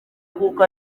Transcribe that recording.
kuko